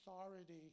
authority